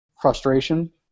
frustration